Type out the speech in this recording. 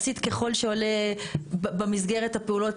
עשית ככל העולה במסגרת הפעולות,